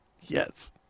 Yes